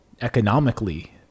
economically